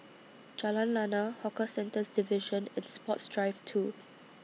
Jalan Lana Hawker Centres Division and Sports Drive two